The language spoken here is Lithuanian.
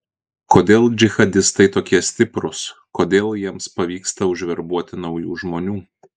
kodėl džihadistai tokie stiprūs kodėl jiems pavyksta užverbuoti naujų žmonių